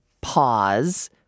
pause